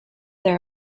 their